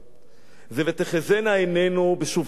זה "ותחזינה עינינו בשובך לציון",